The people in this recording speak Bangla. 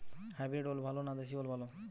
হাইব্রিড ওল ভালো না দেশী ওল ভাল?